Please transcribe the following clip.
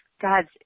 God's